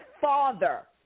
father